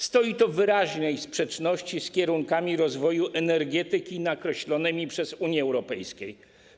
Stoi to w wyraźniej sprzeczności z kierunkami rozwoju energetyki nakreślonymi przez Unię Europejską.